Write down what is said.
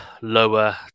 lower